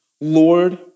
Lord